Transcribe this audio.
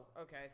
Okay